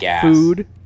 food